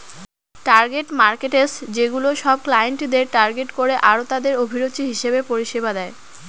target markets সেগুলা সব ক্লায়েন্টদের টার্গেট করে আরতাদের অভিরুচি হিসেবে পরিষেবা দেয়